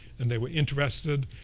and they were interested.